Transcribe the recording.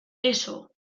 eso